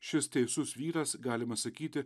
šis teisus vyras galima sakyti